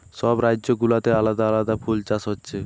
সব রাজ্য গুলাতে আলাদা আলাদা ফুল চাষ হচ্ছে